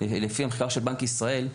לפי הנחיית של בנק ישראל,